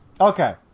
okay